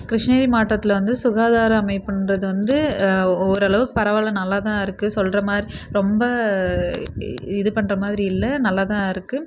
கிருஷ்ணகிரி மாவட்டத்தில் வந்து சுகாதாரம் அமைப்புகிறது வந்து ஓர் அளவுக்கு பரவாயில்ல நல்லா தான் இருக்குது சொல்கிற மாதிரி ரொம்ப இது பண்ணுற மாதிரி இல்லை நல்லா தான் இருக்குது